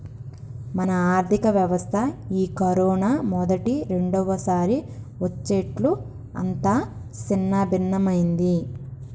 మన ఆర్థిక వ్యవస్థ ఈ కరోనా మొదటి రెండవసారి వచ్చేట్లు అంతా సిన్నభిన్నమైంది